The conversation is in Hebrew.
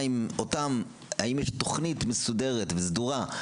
האם יש תוכנית מסודרת וסדורה,